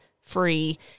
free